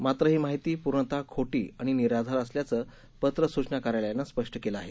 मात्र ही माहिती पूर्णतः खोटी आणि निराधार असल्याचं पत्र सुचना कार्यालयानं स्पष्ट केलं आहे